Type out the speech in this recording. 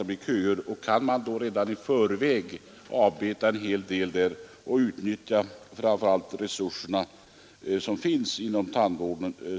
Det är en positiv åtgärd om man redan i förväg kan beta av en hel del av dessa och, framför allt, utnyttja de resurser som finns inom tandvården.